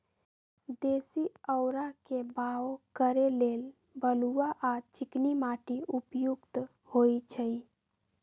देशी औरा के बाओ करे लेल बलुआ आ चिकनी माटि उपयुक्त होइ छइ